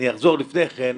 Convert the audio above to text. אני אחזור לפני כן,